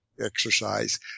exercise